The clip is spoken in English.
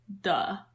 Duh